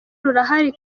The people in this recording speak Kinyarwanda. rurahari